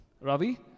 Ravi